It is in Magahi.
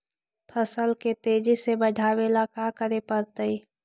फसल के तेजी से बढ़ावेला का करे पड़तई?